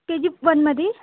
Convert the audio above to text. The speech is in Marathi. के जी वनमध्ये